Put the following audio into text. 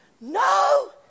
No